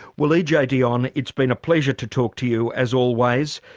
well ej ah dionne it's been a pleasure to talk to you as always.